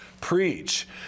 preach